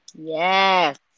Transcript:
Yes